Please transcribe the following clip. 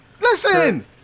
Listen